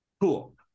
Cool